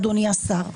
אדוני השר,